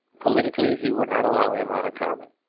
politically he would not allow him on a common.